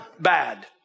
bad